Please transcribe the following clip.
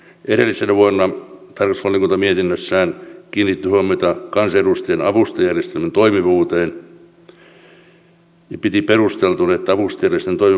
edellisenä vuonna tarkastusvaliokunta mietinnössään kiinnitti huomiota kansanedustajien avustajajärjestelmän toimivuuteen ja piti perusteltuna että avustajajärjestelmän toimivuudesta tehdään arviointi